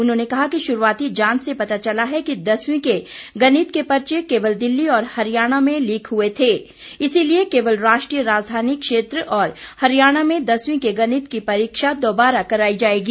उन्होंने कहा कि शुरूआती जांच से पता चला है कि दसवीं के गणित के पर्चे केवल दिल्ली और हरियाणा में लीक हुए थे इसलिए केवल राष्ट्रीय राजघानी क्षेत्र और हरियाणा में दसवीं के गणित की परीक्षा दोबारा कराई जाएगी